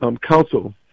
Council